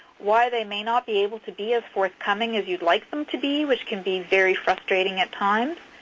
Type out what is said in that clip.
why they may not be able to be as forthcoming as you'd like them to be, which can be very frustrating at times,